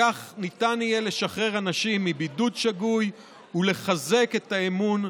כך ניתן יהיה לשחרר אנשים מבידוד שגוי ולחזק את האמון,